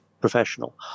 professional